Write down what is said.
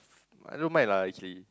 I don't mind lah actually